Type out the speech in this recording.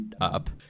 up